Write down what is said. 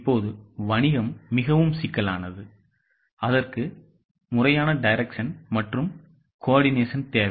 இப்போது வணிகம் மிகவும் சிக்கலானது அதற்கு முறையான direction மற்றும் coordination தேவை